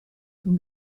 con